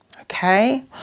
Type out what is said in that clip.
Okay